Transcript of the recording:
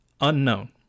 unknown